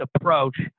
approach